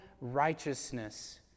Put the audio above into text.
righteousness